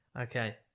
okay